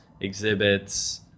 exhibits